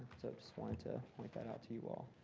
so just wanted to point that out to you all.